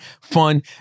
fun